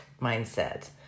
mindset